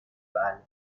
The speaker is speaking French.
valle